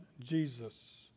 Jesus